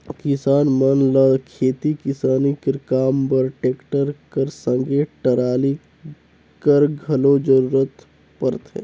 किसान मन ल खेती किसानी कर काम बर टेक्टर कर संघे टराली कर घलो जरूरत परथे